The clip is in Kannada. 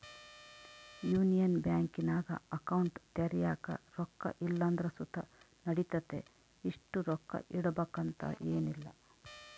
ಯೂನಿಯನ್ ಬ್ಯಾಂಕಿನಾಗ ಅಕೌಂಟ್ ತೆರ್ಯಾಕ ರೊಕ್ಕ ಇಲ್ಲಂದ್ರ ಸುತ ನಡಿತತೆ, ಇಷ್ಟು ರೊಕ್ಕ ಇಡುಬಕಂತ ಏನಿಲ್ಲ